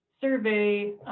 Survey